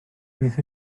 beth